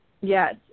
Yes